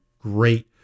great